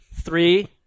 Three